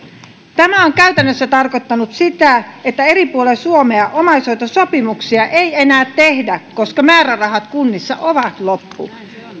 tämä on käytännössä tarkoittanut sitä että eri puolilla suomea omaishoitosopimuksia ei enää tehdä koska määrärahat kunnissa ovat loppu